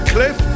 Cliff